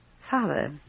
Father